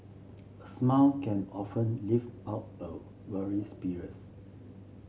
a smile can often lift up a weary spirits